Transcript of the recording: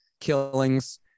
killings